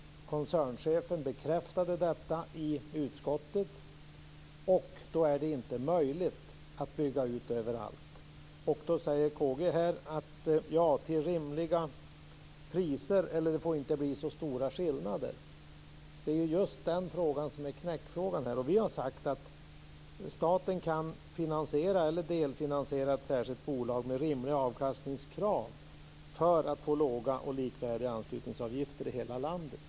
Koncernchefen bekräftade detta i utskottet. Då är det inte möjligt att bygga ut överallt. Karl Gustav säger här att det inte får bli så stora skillnader. Det är just det som är knäckfrågan. Vi har sagt att staten kan finansiera eller delfinansiera ett särskilt bolag med rimliga avkastningskrav för att få låga och likvärdiga anslutningsavgifter i hela landet.